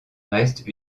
reste